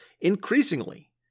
increasingly